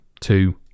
two